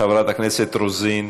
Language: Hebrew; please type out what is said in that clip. חברת הכנסת רוזין,